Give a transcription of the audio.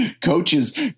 Coaches